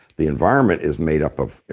the environment is made up of,